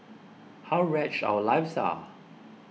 how wretched our lives are